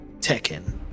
Tekken